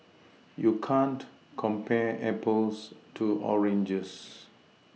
you can't compare Apples to oranges